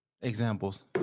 Examples